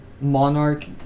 monarch